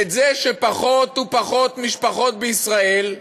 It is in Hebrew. את זה שפחות ופחות משפחות בישראל,